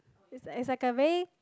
it's like it's like a very